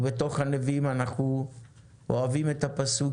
ובתוך הנביאים אנחנו אוהבים גם את הפסוק: